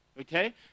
Okay